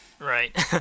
Right